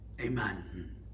Amen